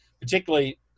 particularly